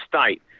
state